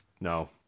No